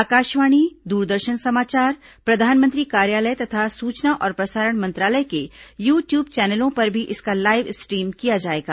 आकाशवाणी दूरदर्शन समाचार प्रधानमंत्री कार्यालय तथा सूचना और प्रसारण मंत्रालय के यू ट्यूब चैनलों पर भी इसका लाइव स्ट्रीम किया जाएगा